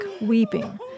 weeping